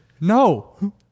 No